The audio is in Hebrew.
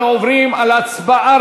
אנחנו עוברים להצבעה,